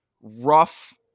rough